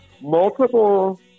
Multiple